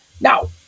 Now